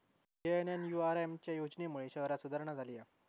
JNNURM च्या योजनेमुळे शहरांत सुधारणा झाली हा